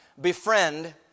Befriend